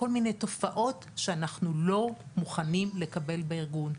וכל מיני תופעות שאנחנו לא מוכנים לקבל בארגון.